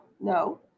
No